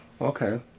okay